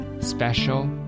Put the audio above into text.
Special